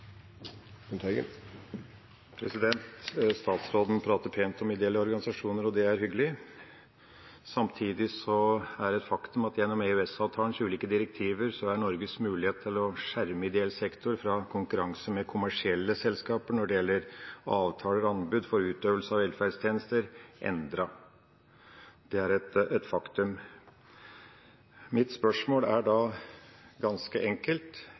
hyggelig. Samtidig er det et faktum at gjennom EØS-avtalens ulike direktiver er Norges mulighet til å skjerme ideell sektor fra konkurranse med kommersielle selskaper når det gjelder avtaler og anbud for utøvelse av velferdstjenester, endret – det er et faktum. Mitt spørsmål er ganske enkelt: